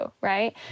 right